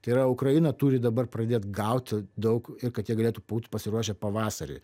tai yra ukraina turi dabar pradėt gauti daug ir kad jie galėtų būt pasiruošę pavasariui